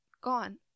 gone